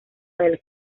del